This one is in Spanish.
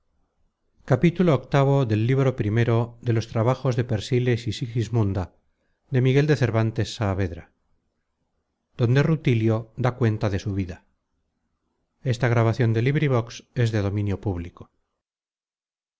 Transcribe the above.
descubrieron viii donde rutilio da cuenta de su vida